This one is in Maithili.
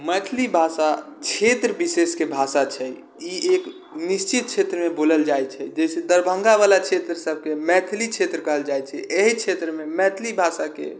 मैथिली भाषा क्षेत्र विशेषके भाषा छै ई एक निश्चित क्षेत्रमे बोलल जाइ छै जैसे दरभङ्गावला क्षेत्र सबके मैथिली क्षेत्र कहल जाइ छै एहि क्षेत्रमे मैथिली भाषाके